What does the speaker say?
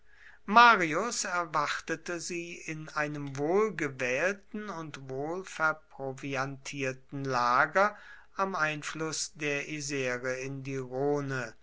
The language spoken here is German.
marius erwartete sie in einem wohlgewählten und wohlverproviantierten lager am einfluß der isre in die